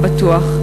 הבטוח,